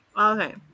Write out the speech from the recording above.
okay